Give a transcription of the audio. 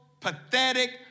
pathetic